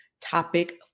topic